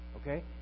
okay